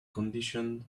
conditioned